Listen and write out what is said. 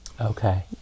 Okay